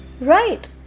right